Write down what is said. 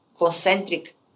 concentric